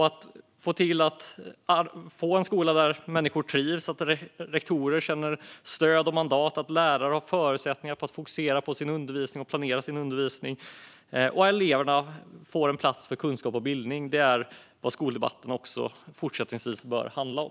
Att få till en skola där människor trivs, där rektorer känner att de har stöd och mandat, där lärare har förutsättningar att fokusera på och planera sin undervisning och där eleverna får en plats för kunskap och bildning - det är vad skoldebatten också fortsättningsvis bör handla om.